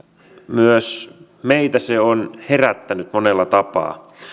myös meitä se on herättänyt monella tapaa